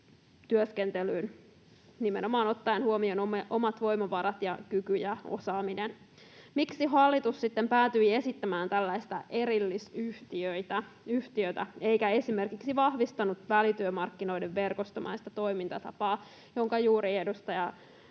työskentelyyn nimenomaan ottaen huomioon omat voimavarat ja kyky ja osaaminen. Miksi hallitus sitten päätyi esittämään tällaista erillisyhtiötä eikä esimerkiksi vahvistanut välityömarkkinoiden verkostomaista toimintatapaa, jonka juuri edustaja